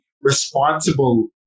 responsible